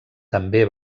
també